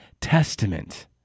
testament